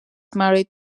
married